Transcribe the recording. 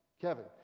Kevin